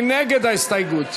מי נגד ההסתייגות?